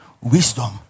Wisdom